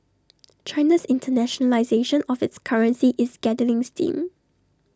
China's internationalisation of its currency is gathering steam